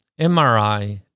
MRI